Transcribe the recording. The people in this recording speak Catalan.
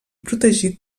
protegit